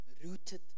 rooted